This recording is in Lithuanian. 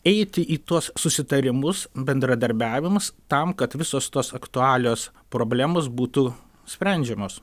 eiti į tuos susitarimus bendradarbiavimas tam kad visos tos aktualios problemos būtų sprendžiamos